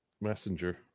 Messenger